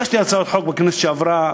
הגשתי הצעות חוק בכנסת שעברה,